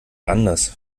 anders